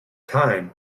time